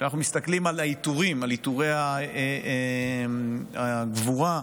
כשאנחנו מסתכלים על העיטורים, על עיטורי הגבורה,